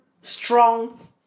strong